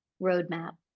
roadmap